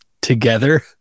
together